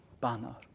banner